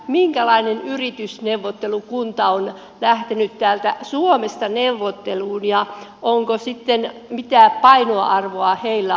minkälainen yritysneuvottelukunta on lähtenyt täältä suomesta neuvotteluun ja onko sitten mitään painoarvoa heillä ollut